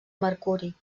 mercuri